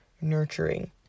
nurturing